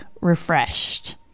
Refreshed